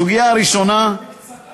הסוגיה הראשונה, אבל בקצרה.